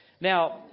Now